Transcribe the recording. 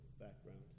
background